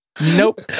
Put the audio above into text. Nope